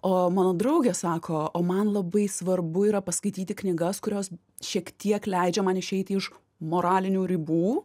o mano draugė sako o man labai svarbu yra paskaityti knygas kurios šiek tiek leidžia man išeiti iš moralinių ribų